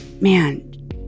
man